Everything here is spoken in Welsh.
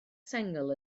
sengl